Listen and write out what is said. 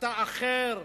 אתה אחר.